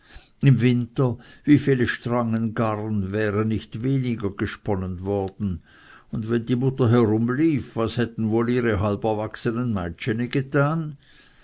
im winter wie viele strangen garn wären nicht weniger gesponnen worden und wenn die mutter herumlief was hätten wohl ihre halberwachsenen meitscheni getan